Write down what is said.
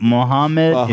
Mohammed